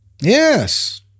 Yes